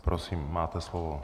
Prosím, máte slovo.